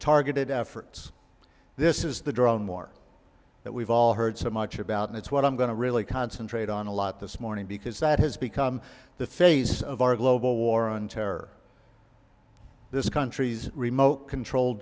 targeted efforts this is the drone war that we've all heard so much about and it's what i'm going to really concentrate on a lot this morning because that has become the face of our global war on terror this country's remote control